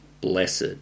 blessed